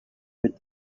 with